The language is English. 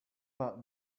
but